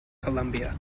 colombia